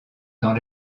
dans